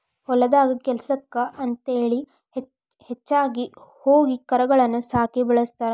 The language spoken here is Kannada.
ಹೊಲದಾಗ ಕೆಲ್ಸಕ್ಕ ಅಂತೇಳಿ ಹೆಚ್ಚಾಗಿ ಹೋರಿ ಕರಗಳನ್ನ ಸಾಕಿ ಬೆಳಸ್ತಾರ